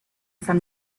from